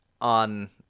on